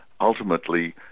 ultimately